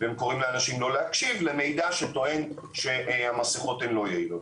והם קוראים לאנשים לא להקשיב למידע שטוען שהמסיכות הן לא יעילות.